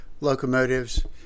locomotives